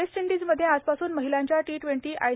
waste इंडिजमध्ये आजपासून महिलांच्या टी ट्वेंटी आय